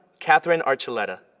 katherine archuleta.